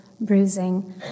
Bruising